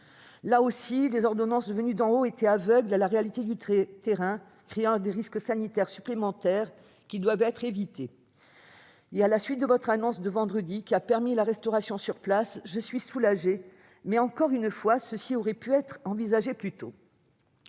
Là aussi, les ordonnances venues d'en haut étaient aveugles à la réalité du terrain, créant des risques sanitaires supplémentaires qui doivent être évités. Depuis votre annonce, vendredi dernier, permettant la restauration sur place, je suis soulagée, mais, encore une fois, cela aurait pu être envisagé plus tôt